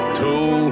two